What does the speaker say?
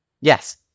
Yes